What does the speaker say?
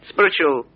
Spiritual